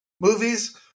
movies